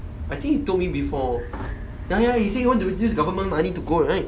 I think you told me before ya ya you say you want to use government money to go right